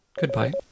Goodbye